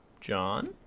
John